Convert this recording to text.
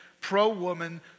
pro-woman